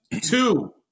Two